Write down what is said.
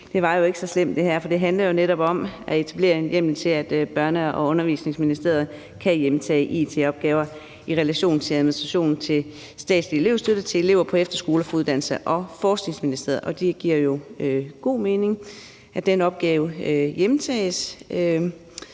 her jo ikke var så slemt, for det handler netop om at etablere en hjemmel til, at Børne- og Undervisningsministeriet kan hjemtage it-opgaver i relation til administration af statslig elevstøtte til elever på efterskoler fra Uddannelses- og Forskningsministeriet, og det giver god mening, at den opgave hjemtages.